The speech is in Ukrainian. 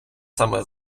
саме